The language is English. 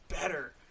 better